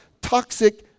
toxic